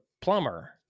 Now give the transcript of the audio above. plumber